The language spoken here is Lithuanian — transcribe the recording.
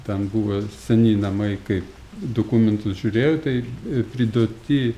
ten buvo seni namai kaip dokumentus žiūrėjo tai priduoti